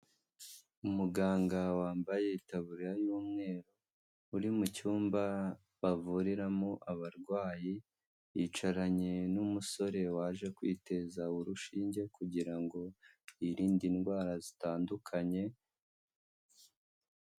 Umuganga wambaye itaburiye y'umweru uri mu cyumba bavuriramo abarwayi yicaranye n'umusore waje kwiteza urushinge kugira ngo yirinde indwara zitandukanye.